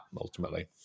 ultimately